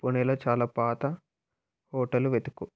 పూణెలో చాలా పాత హోటలు వెతుకు